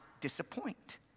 disappoint